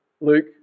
Luke